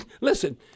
Listen